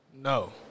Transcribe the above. No